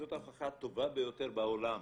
זאת ההוכחה הטובה ביותר בעולם